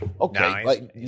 Okay